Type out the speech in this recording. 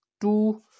two